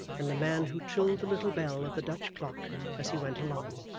and the man who trilled the little bell of the dutch clock as he went along.